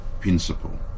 principle